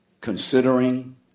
considering